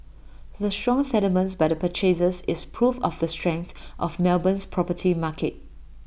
the strong settlements by the purchasers is proof of the strength of Melbourne's property market